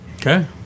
Okay